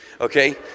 Okay